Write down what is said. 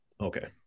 Okay